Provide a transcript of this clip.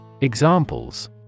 Examples